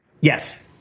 Yes